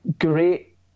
great